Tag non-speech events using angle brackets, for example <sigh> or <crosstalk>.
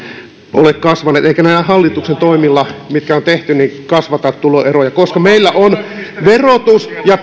ole kasvaneet eikä näillä hallituksen toimilla mitkä on tehty kasvateta tuloeroja koska meillä on tämä verotus ja <unintelligible>